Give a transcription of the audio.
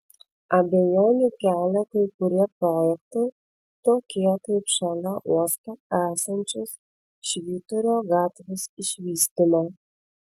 abejonių kelia kai kurie projektai tokie kaip šalia uosto esančios švyturio gatvės išvystymo